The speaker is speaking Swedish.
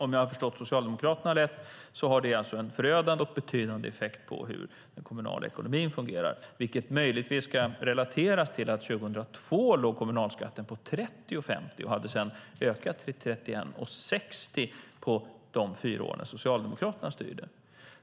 Om jag har förstått Socialdemokraterna rätt har det en förödande och betydande effekt på hur den kommunala ekonomin fungerar. Det ska möjligtvis relateras till att kommunalskatten år 2002 låg på 30,50 och att den sedan ökade till 31,60 på de fyra år som Socialdemokraterna styrde.